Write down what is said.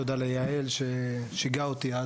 תודה ליעל ששיגעה אותי,